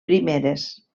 primeres